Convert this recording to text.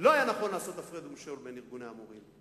לא היה נכון לעשות "הפרד ומשול" בין ארגוני המורים.